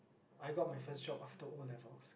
I got my first job after O-levels